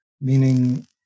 meaning